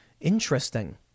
Interesting